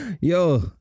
Yo